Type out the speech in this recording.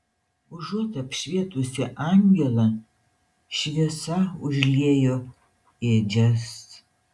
užuot apšvietusi angelą šviesa užliejo ėdžias